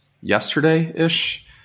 yesterday-ish